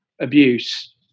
abuse